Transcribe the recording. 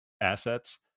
assets